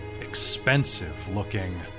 expensive-looking